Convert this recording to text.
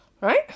right